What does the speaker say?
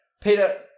Peter